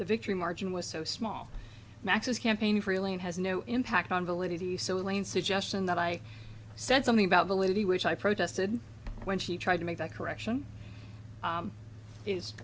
the victory margin was so small max's campaign feeling has no impact on validity so elaine suggestion that i said something about validity which i protested when she tried to make that correction